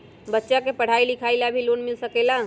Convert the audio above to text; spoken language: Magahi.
बच्चा के पढ़ाई लिखाई ला भी लोन मिल सकेला?